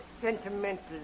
sentimental